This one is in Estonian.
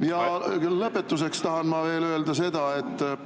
Lõpetuseks tahan ma veel öelda seda.